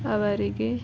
ಅವರಿಗೆ